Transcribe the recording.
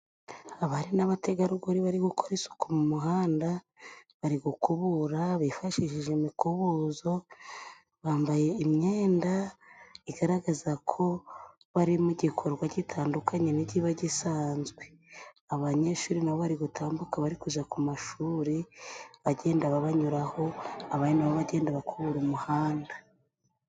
Abari n'abategarugori bari gukora isuku mu muhanda, bari gukubura bifashishije imikubuzo, bambaye imyenda igaragaza ko bari mu gikorwa gitandukanye n'ikiba gisanzwe. Abanyeshuri nabo bari gutambuka bari kujya ku mashuri, bagenda babanyuraho, abandi nabo bagenda bakubura umuhanda.